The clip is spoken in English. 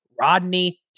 Rodney